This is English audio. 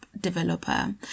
developer